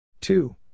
Two